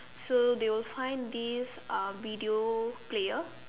so they will find this uh video player